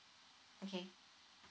okay